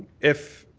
if